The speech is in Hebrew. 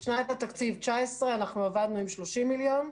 בשנת התקציב 2019 עבדנו עם 30 מיליון שקלים.